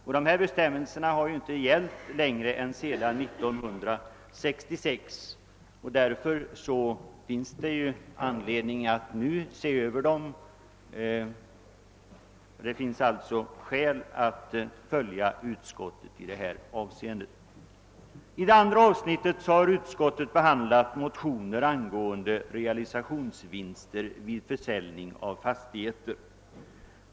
Och bestämmelserna på det här området har gällt sedan 1966, varför det finns anledning att följa utskottet och nu se över dem. I det andra avsnittet har utskottet behandlat motioner angående realisationsvinst vid försäljning av fastighet.